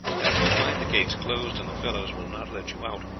and if you find the gates closed and the fellows will not let you out,